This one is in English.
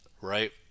Right